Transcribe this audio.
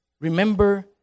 Remember